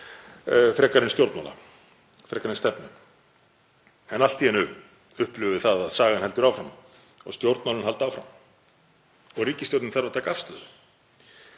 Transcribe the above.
frekari stjórnmála, frekar en stefnu. En allt í einu upplifum við það að sagan heldur áfram og stjórnmálin halda áfram og ríkisstjórnin þarf að taka afstöðu.